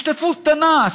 השתתפות קטנה,